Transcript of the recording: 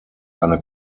eine